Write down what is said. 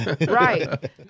Right